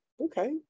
okay